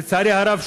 לצערי הרב,